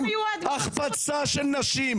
החפצה של נשים,